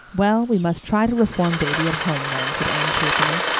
well, we must try to reform davy at home then, said anne cheerfully.